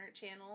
channel